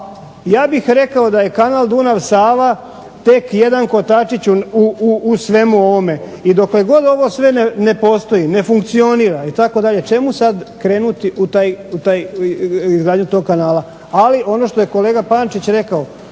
ja bih rekao da je kanal Dunav-Sava tek jedan kotačić u svemu ovome i dokle god ovo sve ne postoji, ne funkcionira itd., čemu sad krenuti u izgradnju tog kanala? Ali ono što je kolega Pančić rekao